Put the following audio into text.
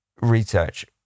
research